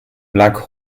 black